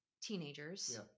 teenagers